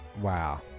Wow